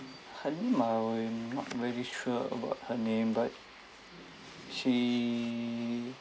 hen maui eh not really sure about her name but she